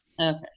Okay